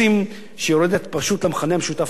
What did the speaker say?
שיורדים פשוט למכנה המשותף הנמוך ביותר.